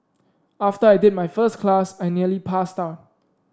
after I did my first class I nearly passed out